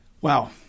Wow